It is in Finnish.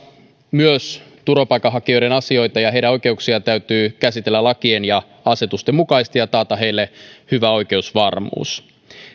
myös turvapaikanhakijoiden asioita ja heidän oikeuksiaan täytyy käsitellä lakien ja asetusten mukaisesti ja taata heille hyvä oikeusvarmuus